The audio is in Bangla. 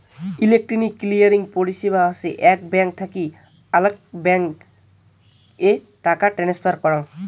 ইলেকট্রনিক ক্লিয়ারিং পরিষেবা হসে আক ব্যাঙ্ক থাকি অল্য ব্যাঙ্ক এ টাকা ট্রান্সফার করাঙ